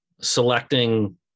selecting